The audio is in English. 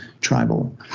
tribal